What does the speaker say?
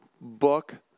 book